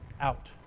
out